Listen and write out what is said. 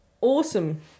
awesome